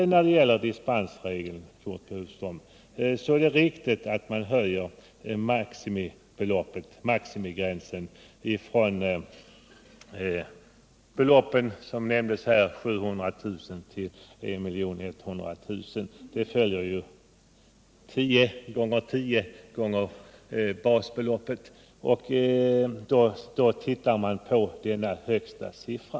När det gäller dispensregeln, Curt Boström, är det riktigt, som nämnts här, att man höjer maximigränsen från ca 700 000 kr. till 1 100 000 kr., dvs. 10 basbelopp under högst 10 år.